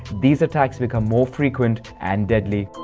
these attacks become more frequent and deadly.